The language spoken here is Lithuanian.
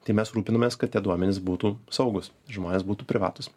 tai mes rūpinamės kad tie duomenys būtų saugūs žmonės būtų privatūs